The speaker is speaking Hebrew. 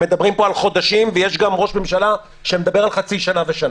הם מדברים פה על חודשים ויש גם ראש ממשלה שמדבר על חצי שנה ושנה.